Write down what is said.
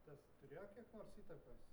tas turėjo kiek nors įtakos